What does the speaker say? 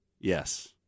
Yes